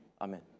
Amen